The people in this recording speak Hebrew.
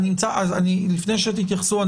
לפני שתתייחסו,